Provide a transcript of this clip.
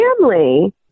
family